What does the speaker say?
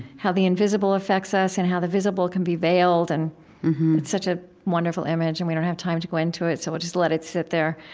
how the invisible affects us, and how the visible can be veiled, and it's such a wonderful image. and we don't have time to go into it, so we'll just let it sit there.